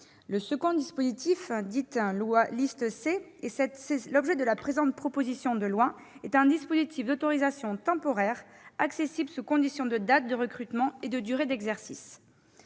Le dispositif, dit « liste C »- il fait l'objet de la présente proposition de loi -, est un mécanisme d'autorisation temporaire, accessible sous condition de date de recrutement et de durée d'exercice.